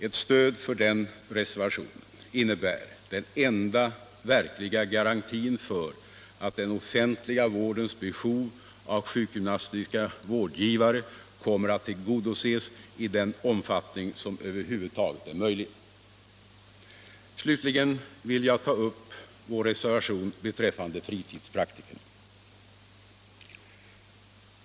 Ett stöd för den reservationen innebär den enda verkliga garantin för att den offentliga vårdens behov av sjukgymnastiska vårdgivare kommer att tillgodoses i den omfattning som över huvud taget är möjlig. Slutligen vill jag ta upp vår reservation beträffande fritidspraktikerna.